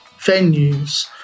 venues